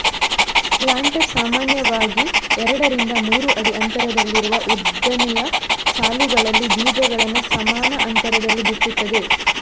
planter ಸಾಮಾನ್ಯವಾಗಿ ಎರಡರಿಂದ ಮೂರು ಅಡಿ ಅಂತರದಲ್ಲಿರುವ ಉದ್ದನೆಯ ಸಾಲುಗಳಲ್ಲಿ ಬೀಜಗಳನ್ನ ಸಮಾನ ಅಂತರದಲ್ಲಿ ಬಿತ್ತುತ್ತದೆ